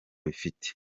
bifite